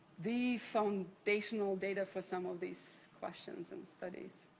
the foundational data for some of these questions and studies.